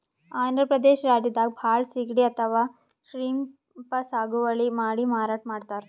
ಆಂಧ್ರ ಪ್ರದೇಶ್ ರಾಜ್ಯದಾಗ್ ಭಾಳ್ ಸಿಗಡಿ ಅಥವಾ ಶ್ರೀಮ್ಪ್ ಸಾಗುವಳಿ ಮಾಡಿ ಮಾರಾಟ್ ಮಾಡ್ತರ್